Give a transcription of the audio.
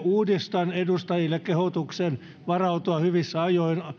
uudistan edustajille kehotuksen varautua hyvissä ajoin